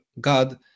God